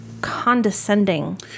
condescending